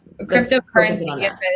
cryptocurrency